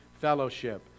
fellowship